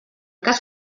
cas